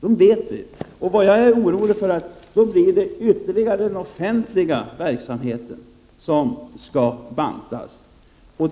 känner vi ju till. Jag är orolig för att det kan bli så, att den offentliga verksamheten ytterligare bantas ned.